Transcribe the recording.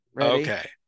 okay